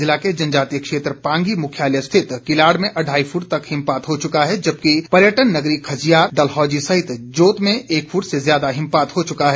जिला के जनजातीय क्षेत्र पांगी मृख्यालय स्थित किलाड़ में अढाई फुट तक हिमपात हो चुका है जबकि पर्यटन् नगरी खजियार डलहौजी सहित जोत में एक फुट से ज्यादा हिमपात हो चुका है